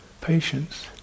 patience